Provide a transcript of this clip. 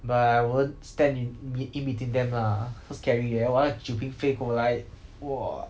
but I won't stand in be~ in between them lah so scary eh !wah! 它酒瓶飞过来 !wah!